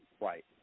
right